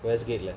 west gate lah